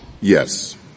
Yes